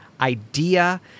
idea